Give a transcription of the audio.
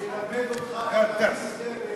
אני אלמד אותך איך להגיד את זה